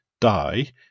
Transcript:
die